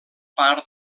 part